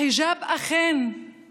החיג'אב הוא